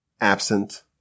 absent